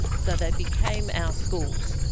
so, they became our schools.